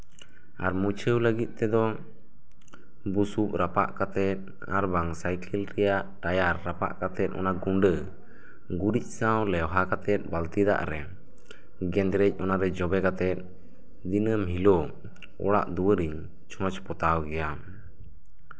ᱟᱨ ᱢᱩᱪᱷᱟᱹᱣ ᱞᱟᱹᱜᱤᱫ ᱛᱮᱫᱚ ᱵᱩᱥᱩᱵ ᱨᱟᱯᱟᱜ ᱠᱟᱛᱮᱜ ᱟᱨᱵᱟᱝ ᱥᱟᱭᱠᱮᱞ ᱨᱮᱭᱟᱜ ᱴᱟᱭᱟᱨ ᱨᱟᱯᱟᱜ ᱠᱟᱛᱮᱜ ᱚᱱᱟ ᱜᱩᱰᱟᱹ ᱜᱩᱨᱤᱡ ᱥᱟᱝ ᱞᱮᱣᱦᱟ ᱠᱟᱛᱮᱜ ᱵᱟᱹᱞᱛᱤ ᱫᱟᱜ ᱨᱮ ᱜᱮᱫᱽᱨᱮᱡ ᱚᱱᱟᱨᱮ ᱡᱚᱵᱮ ᱠᱟᱛᱮᱜ ᱫᱤᱱᱟᱹᱢ ᱦᱤᱞᱳᱜ ᱚᱲᱟᱜ ᱫᱩᱣᱟᱹᱨ ᱤᱧ ᱪᱷᱚᱡᱽ ᱯᱚᱛᱟᱣ ᱜᱮᱭᱟ